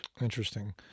Interesting